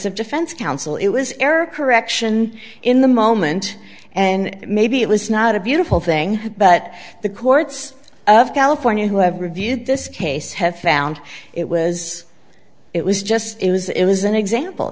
of defense counsel it was error correction in the moment and maybe it was not a beautiful thing but the courts of california who have reviewed this case have found it was it was just it was it was an example